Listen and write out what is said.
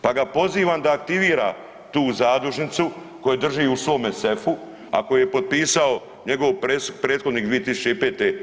Pa ga pozivam da aktivira tu zadužnicu koju drži u svome sefu, a koju je potpisao njegov prethodnik 2005.